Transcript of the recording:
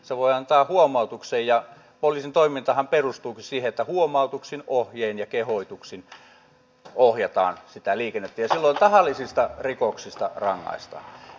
se voi antaa huomautuksen ja poliisin toimintahan perustuukin siihen että huomautuksin ohjein ja kehotuksin ohjataan sitä liikennettä ja silloin tahallisista rikoksista rangaistaan